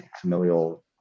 familial